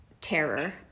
terror